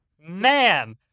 Man